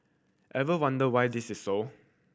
ever wonder why this is so